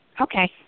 Okay